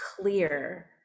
clear